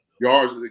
Yards